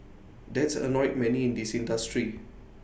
that's annoyed many in the industry